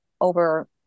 over